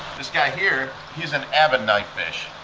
this guy here he's an aba knife fish.